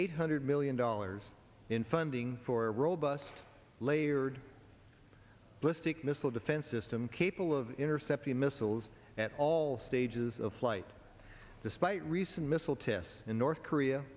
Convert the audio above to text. eight hundred million dollars in funding for a robust layered ballistic missile defense system capable of intercept the missiles at all stages of flight despite recent missile tests in north korea